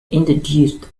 introduced